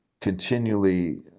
continually